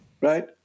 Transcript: right